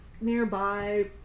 nearby